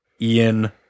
Ian